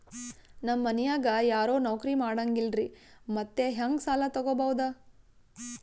ನಮ್ ಮನ್ಯಾಗ ಯಾರೂ ನೌಕ್ರಿ ಮಾಡಂಗಿಲ್ಲ್ರಿ ಮತ್ತೆಹೆಂಗ ಸಾಲಾ ತೊಗೊಬೌದು?